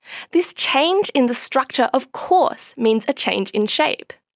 this change in the structure of course means a change in shape.